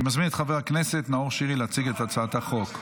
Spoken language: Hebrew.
אני מזמין את חבר הכנסת נאור שירי להציג את הצעת החוק.